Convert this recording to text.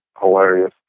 hilarious